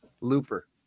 Looper